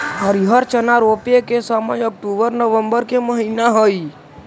हरिअर चना रोपे के समय अक्टूबर नवंबर के महीना हइ